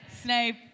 Snape